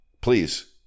Please